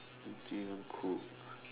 you two don't even cook